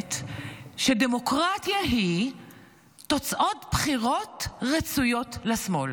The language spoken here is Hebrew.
אומרת שדמוקרטיה היא תוצאות בחירות רצויות לשמאל.